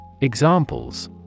Examples